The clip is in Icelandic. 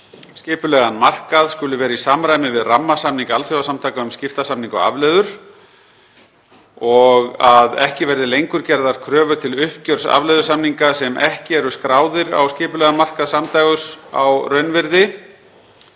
skipulegan markað skuli vera í samræmi við rammasamning Alþjóðasamtaka um skiptasamninga og afleiður. b. Að ekki verði lengur gerðar kröfur til uppgjörs afleiðusamninga sem ekki eru skráðir á skipulegan markað samdægurs á raunvirði.